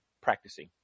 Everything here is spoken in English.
practicing